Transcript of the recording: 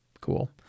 Cool